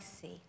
see